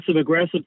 aggressive